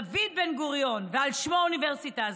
דוד בן-גוריון, ועל שמו האוניברסיטה הזו.